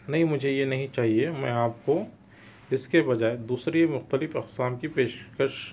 نہیں مجھے یہ نہیں چاہیے میں آپ کو اس کے بجائے دوسری مختلف اقسام کی پیشکش